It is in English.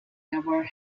never